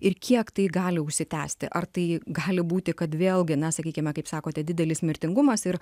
ir kiek tai gali užsitęsti ar tai gali būti kad vėlgi na sakykime kaip sakote didelis mirtingumas ir